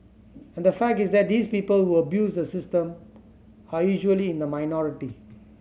and the fact is that these people who abuse the system are usually in the minority